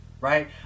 right